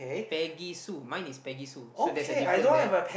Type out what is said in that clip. Peggy Sue mine is Peggy Sue so there's a difference there